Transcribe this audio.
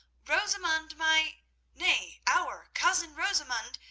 rosamund, my nay, our cousin rosamund,